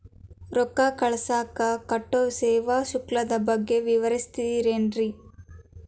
ರೊಕ್ಕ ಕಳಸಾಕ್ ಕಟ್ಟೋ ಸೇವಾ ಶುಲ್ಕದ ಬಗ್ಗೆ ವಿವರಿಸ್ತಿರೇನ್ರಿ?